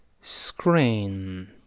screen